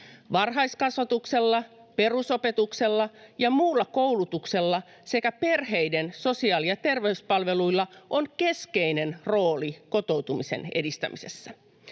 Varhaiskasvatuksella, perusopetuksella ja muulla koulutuksella sekä perheiden sosiaali- ja terveyspalveluilla on keskeinen rooli kotoutumisen edistämisessä.